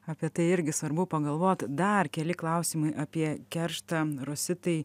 apie tai irgi svarbu pagalvot dar keli klausimai apie kerštą rositai